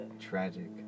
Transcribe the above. Tragic